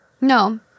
no